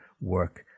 work